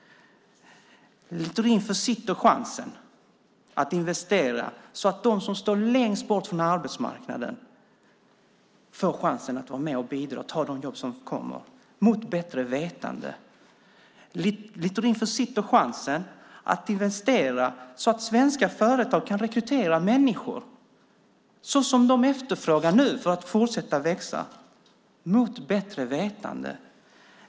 Littorin försitter chansen att investera så att de som står längst bort från arbetsmarknaden får chansen att vara med och bidra och ta de jobb som kommer - mot bättre vetande. Littorin försitter chansen att investera så att svenska företag kan rekrytera människor som de efterfrågar nu för att fortsätta att växa - mot bättre vetande.